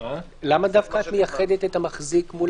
למה דווקא את מייחדת את המחזיק מול